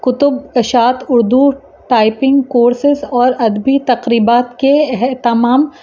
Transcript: کتب اشاعت Urdu typing courses اور ادبی تقریبات کے اہتمام